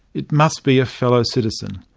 it must be a fellow citizen.